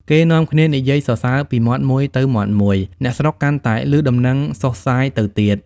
គេនាំគ្នានិយាយសរសើរពីមាត់មួយទៅមាត់មួយ អ្នកស្រុកកាន់តែឮដំណឹងសុសសាយទៅទៀត។